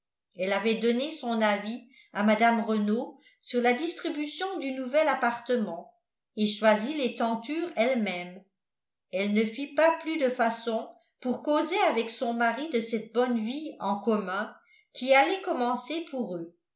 elle avait donné son avis à mme renault sur la distribution du nouvel appartement et choisi les tentures elle-même elle ne fit pas plus de façons pour causer avec son mari de cette bonne vie en commun qui allait commencer pour eux